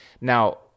Now